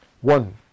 One